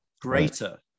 greater